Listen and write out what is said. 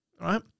right